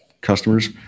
customers